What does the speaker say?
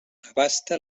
abasta